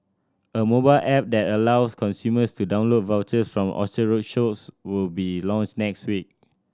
a mobile app that allows consumers to download vouchers from Orchard Road shops will be launched next week